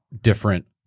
different